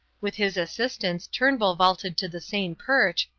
with his assistance turnbull vaulted to the same perch,